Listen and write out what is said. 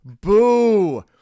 Boo